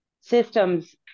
systems